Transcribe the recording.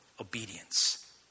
obedience